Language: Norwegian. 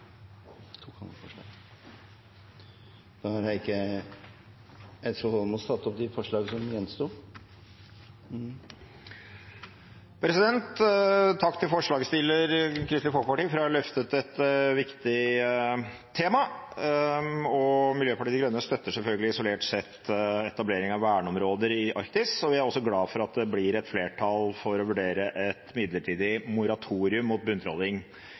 Heikki Eidsvoll Holmås har da tatt opp det forslaget han refererte til. Takk til forslagsstillerne fra Kristelig Folkeparti for å ha løftet et viktig tema. Miljøpartiet De Grønne støtter selvfølgelig isolert sett etablering av verneområder i Arktis, og vi er også glad for at det blir flertall for å vurdere et midlertidig moratorium mot